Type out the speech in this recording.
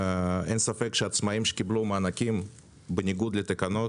אין ספק שעצמאים שקיבלו מענקים בניגוד לתקנות